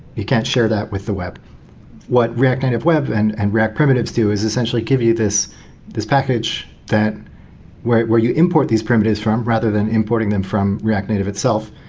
you can't share that with the web what react native web and and react primitives do is essentially give you this this package that where where you import these primitives from rather than importing them from react native itself.